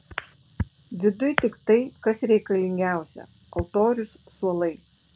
viduj tik tai kas reikalingiausia altorius suolai